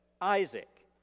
Isaac